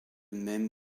même